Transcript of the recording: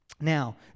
Now